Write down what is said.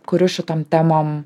kuriu šitom temom